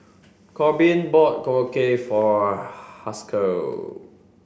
Korbin bought Korokke for Haskell